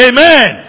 Amen